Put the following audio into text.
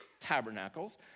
Tabernacles